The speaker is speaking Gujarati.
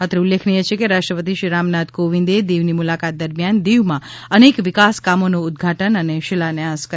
અત્રે ઉલ્લેખનીય છે કે રાષ્ટ્રપતિ શ્રી રામનાથ કોવિંદે દીવની મુલાકાત દરમિયાન દીવમાં અનેક વિકાસ કામોનું ઉદ્વાટન અને શિલાન્યાસ કર્યા હતાં